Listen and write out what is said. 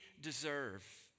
deserve